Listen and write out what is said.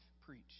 preach